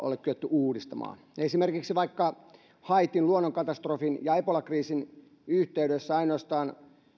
ole kyetty uudistamaan esimerkiksi vaikka haitin luonnonkatastrofin ja ebolakriisin yhteydessä ainoastaan